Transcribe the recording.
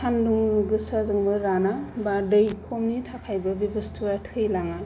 सानदुं गोसाजोंबो राना बा दै खमनि थाखायबो बे बुस्तुआ थैलाङा